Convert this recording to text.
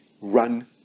Run